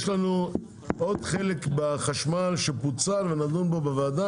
יש לנו יש לנו עוד חלק בחשמל שפוצל ונדון בו בוועדה,